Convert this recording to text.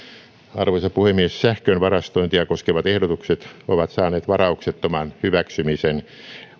arvoisa puhemies sähkön varastointia koskevat ehdotukset ovat saaneet varauksettoman hyväksymisen